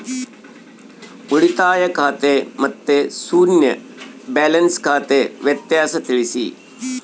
ಉಳಿತಾಯ ಖಾತೆ ಮತ್ತೆ ಶೂನ್ಯ ಬ್ಯಾಲೆನ್ಸ್ ಖಾತೆ ವ್ಯತ್ಯಾಸ ತಿಳಿಸಿ?